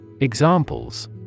Examples